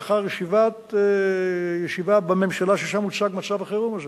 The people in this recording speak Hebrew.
לאחר ישיבה בממשלה ששם הוצג מצב החירום הזה